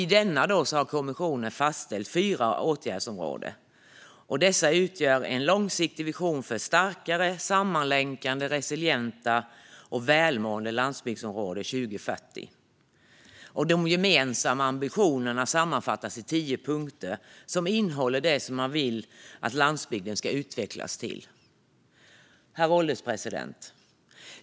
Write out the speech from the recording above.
I denna har kommissionen fastställt fyra åtgärdsområden som utgör en långsiktig vision för starkare, sammanlänkade, resilienta och välmående landsbygdsområden 2040. De gemensamma ambitionerna sammanfattas i tio punkter som innehåller det som man vill att landsbygderna ska utvecklas till. Herr ålderspresident!